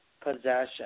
Possession